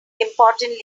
important